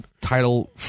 title